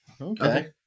Okay